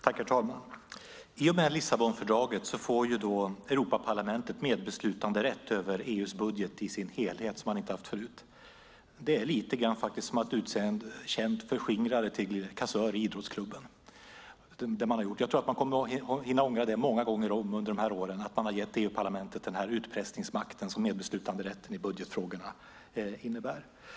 Herr talman! I och med Lissabonfördraget får Europaparlamentet medbeslutanderätt över EU:s budget i dess helhet, som man inte har haft förut. Det är lite grann som att utse en känd förskingrare till kassör i en idrottsklubb. Jag tror att man många gånger om under åren kommer att hinna ångra att man har gett EU-parlamentet den utpressningsmakt som medbeslutanderätt i budgetfrågor innebär.